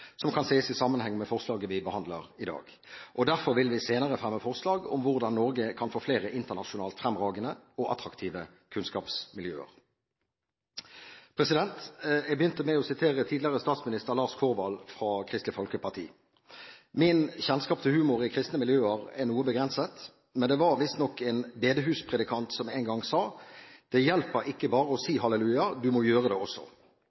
som kan sees i sammenheng med forslaget vi behandler i dag. Derfor vil vi senere fremme forslag om hvordan Norge kan få flere internasjonalt fremragende og attraktive kunnskapsmiljøer. Jeg begynte med å sitere tidligere statsminister Lars Korvald fra Kristelig Folkeparti. Min kjennskap til humor i kristne miljøer er noe begrenset, men det var visstnok en bedehuspredikant som en gang sa: Det hjelper ikke bare å si halleluja, du må gjøre det også!